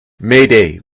mayday